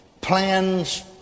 plans